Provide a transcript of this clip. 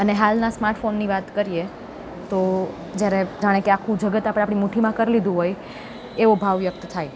અને હાલના સ્માર્ટફોનની વાત કરીએ તો જ્યારે જાણે કે આખું જગત આપણે આપણી મુઠ્ઠીમાં કર લીધું હોય એવો ભાવ વ્યક્ત થાય